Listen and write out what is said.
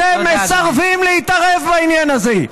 אתם מסרבים להתערב בעניין הזה.